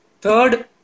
Third